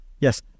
Yes